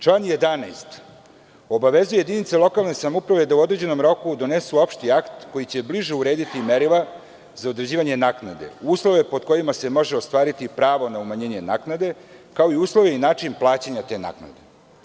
Član 11. obavezuje jedinice lokalne samouprave da u određenom roku donesu opšti akt koji će bliže urediti merila za određivanje naknade, uslove pod kojima se može ostvariti pravo na umanjenje naknade, kao i uslove i način plaćanja te naknade.